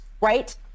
Right